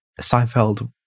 Seinfeld